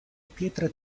pietre